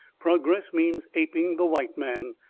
progress means aping the white man.